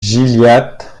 gilliatt